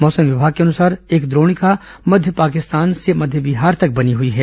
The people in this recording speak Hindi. मौसम विभाग के अनुसार एक द्रोणिका मध्य पाकिस्तान से मध्य बिहार तक बनी हई है